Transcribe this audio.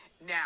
now